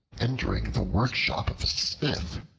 entering the workshop of a smith,